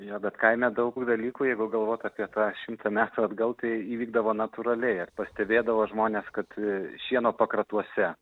jo bet kaime daug dalykų jeigu galvot apie tą šimtą metų atgal tai įvykdavo natūraliai ar pastebėdavo žmonės kad a šieno pakratuose